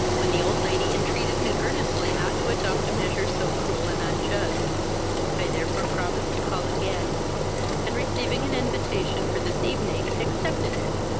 when the old lady entreated me earnestly not to adopt a measure so cruel and unjust i therefore promised to call again and, receiving an invitation for this evening, accepted it,